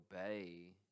obey